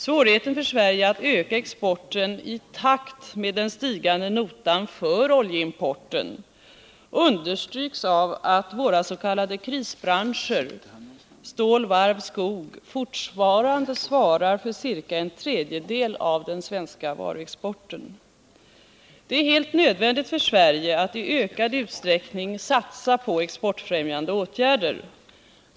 Svårigheten för Sverige att öka exporten i takt med den stigande notan för oljeimporten understryks av att våra s.k. krisbranscher stål, varv och skog fortfarande svarar för ca en tredjedel av den svenska varuexporten. Det är helt nödvändigt för Sverige att i ökad utsträckning satsa på exportfrämjande åtgärder.